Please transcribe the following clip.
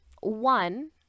one